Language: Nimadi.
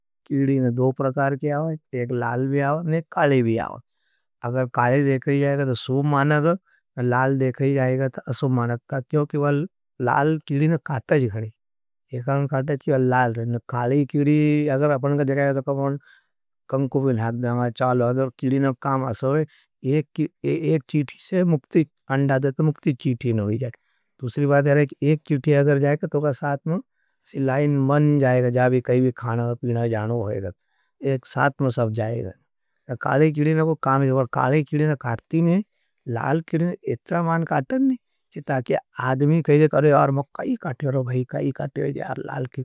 कीड़ीन दो प्रकार के आओ, एक लाल भी आओ, नेक काले भी आओ। अगर काले देखें जाएगा तो सुमानग, लाल देखें जाएगा तो असुमानग का। क्योंकि वाल लाल कीड़ीन काताजी खड़ी। एकान काताजी वाल लाल है। काले कीड़ीन दो प्रकार के आओ, एक लाल भी आओ, नेक काले देखें जाएगा तो सुमानग, लाल देखें जाएगा तो असुमानग का। क्योंकि वाल लाल कीड़ीन काताजी खड़ीन काताजी है।